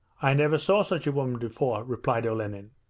i never saw such a woman before replied olenin.